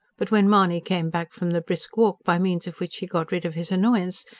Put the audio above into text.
but when mahony came back from the brisk walk by means of which he got rid of his annoyance,